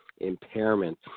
impairment